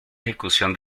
ejecución